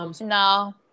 No